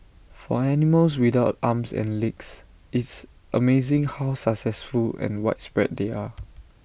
for animals without arms and legs it's amazing how successful and widespread they are